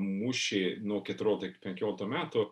mūšį nuo keturioliktų iki penkioliktų metų